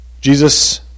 Jesus